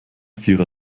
vierer